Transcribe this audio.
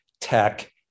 tech